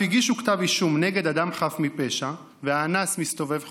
הגישו כתב אישום נגד אדם חף מפשע והאנס מסתובב חופשי,